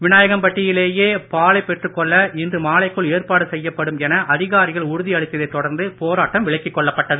விநாயகம்பட்டிலேயே பாலைப் பெற்றுக் கொள்ள இன்று மாலைக்குள் ஏற்பாடு செய்யப்படும் என அதிகாரிகள் உறுதியளித்ததை தொடர்ந்து போராட்டம் விலக்கிக் கொள்ளப்பட்டது